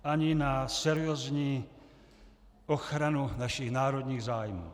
Ani na seriózní ochranu našich národních zájmů.